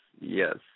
yes